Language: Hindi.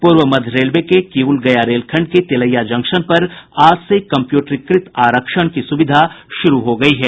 पूर्व मध्य रेलवे के किउल गया रेलखंड के तिलैया जंक्शन पर आज से कम्प्यूटरीकृत आरक्षण की सुविधा शुरू हो गयी है